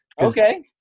Okay